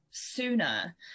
sooner